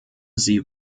sie